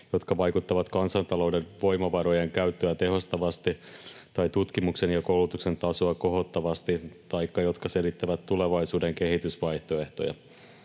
jotka vaikuttavat kansantalouden voimavarojen käyttöä tehostavasti tai tutkimuksen ja koulutuksen tasoa kohottavasti taikka jotka selittävät tulevaisuuden kehitysvaihtoehtoja.